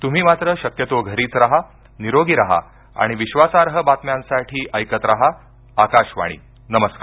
त्म्ही मात्र शक्यतो घरीच रहा निरोगी राहा आणि विश्वासार्ह बातम्यांसाठी ऐकत राहा आकाशवाणी नमस्कार